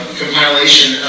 compilation